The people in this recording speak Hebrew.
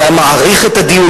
זה היה מאריך את הדיונים?